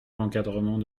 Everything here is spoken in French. l’encadrement